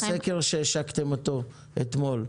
הסקר שהשקתם אתמול,